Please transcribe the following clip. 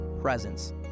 presence